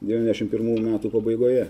devyniasdešim pirmų metų pabaigoje